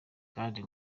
kandi